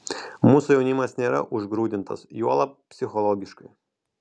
mūsų jaunimas nėra užgrūdintas juolab psichologiškai